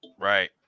Right